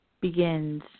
begins